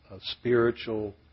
spiritual